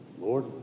Lord